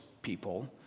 people